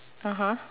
(uh huh)